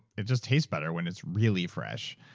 it just tastes better when it's really fresh.